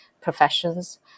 professions